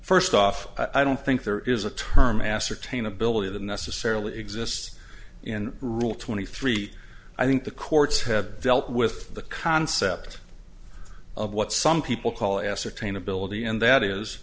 first off i don't think there is a term ascertain ability that necessarily exists in rule twenty three i think the courts have dealt with the concept of what some people call ascertain ability and that is